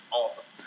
awesome